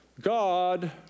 God